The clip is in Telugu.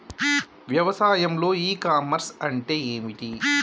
వ్యవసాయంలో ఇ కామర్స్ అంటే ఏమిటి?